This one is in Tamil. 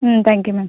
ம் தேங்க்யூ மேம்